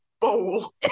bowl